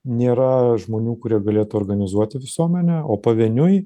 nėra žmonių kurie galėtų organizuoti visuomenę o pavieniui